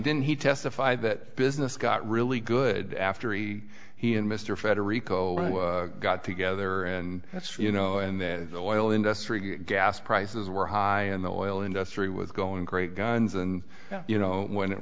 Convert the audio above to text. didn't he testify that business got really good after e he and mr federico got together and that's you know and then the oil industry gas prices were high and the oil industry was going great guns and you know when